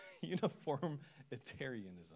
uniformitarianism